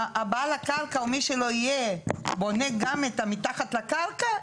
בעל הקרקע או מי שלא יהיה בונה גם את מתחת לקרקע?